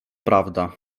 prawda